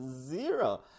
zero